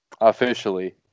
Officially